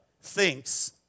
thinks